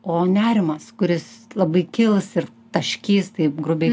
o nerimas kuris labai kils ir taškys taip grubiai